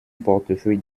portefeuille